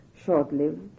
short-lived